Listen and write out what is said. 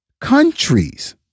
countries